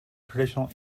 traditional